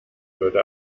würde